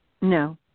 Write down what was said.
No